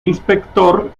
inspector